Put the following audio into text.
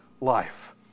life